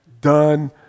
done